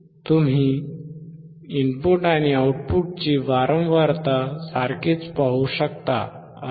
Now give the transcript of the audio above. तुम्ही इनपुट आणि आऊटपुटची वारंवारता सारखीच पाहू शकता असे नाही